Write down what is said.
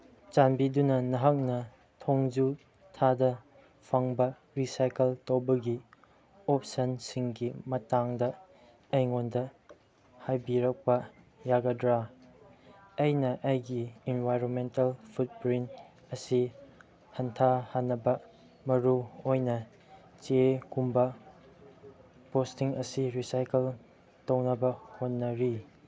ꯆꯥꯟꯕꯤꯗꯨꯅ ꯅꯍꯥꯛꯅ ꯊꯣꯡꯖꯨ ꯊꯥꯗ ꯐꯪꯕ ꯔꯤꯁꯥꯏꯀꯜ ꯇꯧꯕꯒꯤ ꯑꯣꯞꯁꯟꯁꯤꯡꯒꯤ ꯃꯇꯥꯡꯗ ꯑꯩꯉꯣꯟꯗ ꯍꯥꯏꯕꯤꯔꯛꯄ ꯌꯥꯒꯗ꯭ꯔꯥ ꯑꯩꯅ ꯑꯩꯒꯤ ꯏꯟꯚꯥꯏꯔꯣꯟꯃꯦꯟꯇꯦꯜ ꯐꯨꯗ ꯄ꯭ꯔꯤꯟ ꯑꯁꯤ ꯍꯟꯊꯍꯟꯅꯕ ꯃꯔꯨꯑꯣꯏꯅ ꯆꯦꯒꯨꯝꯕ ꯄꯣꯁꯇꯤꯡ ꯑꯁꯤ ꯔꯤꯁꯥꯏꯀꯜ ꯇꯧꯅꯕ ꯍꯣꯠꯅꯔꯤ